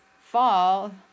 fall